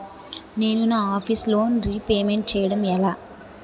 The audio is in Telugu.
నేను నా ఆఫీస్ లోన్ రీపేమెంట్ చేయడం ఎలా?